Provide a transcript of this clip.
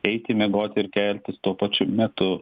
eiti miegoti ir keltis tuo pačiu metu